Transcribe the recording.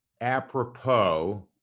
apropos